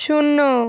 শূন্য